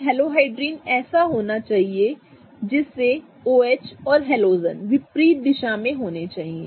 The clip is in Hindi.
एक हेलोहाइड्रिन ऐसा होना चाहिए जिससे OH और हेलोजन विपरीत दिशा में होने चाहिए